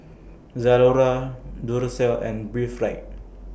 Zalora Duracell and Breathe Right